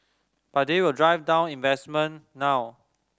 but they will drive down investment now